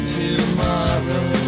tomorrow